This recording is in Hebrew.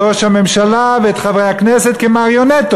את ראש הממשלה ואת חברי הכנסת כמריונטות.